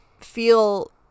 feel